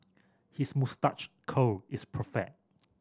his moustache curl is perfect